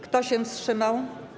Kto się wstrzymał?